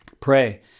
Pray